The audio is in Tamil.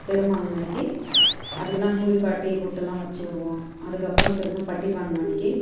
பெருமான் அன்றைக்கி அதுக்கெலாம் குளிப்பாட்டி பொட்டெலாம் வச்சு விடுவோம் அதுக்கு அப்புறம் திரும்ப பட்டி பானை அன்றைக்கி